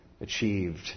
achieved